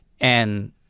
And-